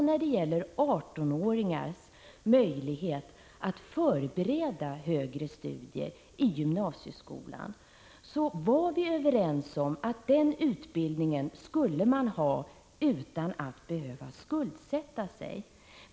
När det gäller 18-åringars möjlighet att förbereda högre studier i gymnasieskolan var vi överens om att den utbildningen skulle man ha utan att behöva skuldsätta sig.